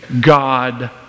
God